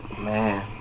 Man